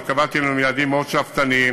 וקבעתי להם יעדים מאוד שאפתניים,